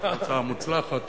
תוצאה מוצלחת.